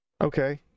Okay